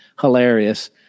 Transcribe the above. hilarious